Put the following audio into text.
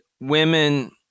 women